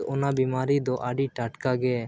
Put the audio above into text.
ᱚᱱᱟ ᱵᱤᱢᱟᱨᱤ ᱫᱚ ᱟᱹᱰᱤ ᱴᱟᱴᱠᱟᱜᱮ